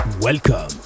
welcome